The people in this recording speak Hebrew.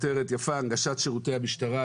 כותרת יפה, הנגשת שירותי המשטרה.